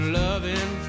loving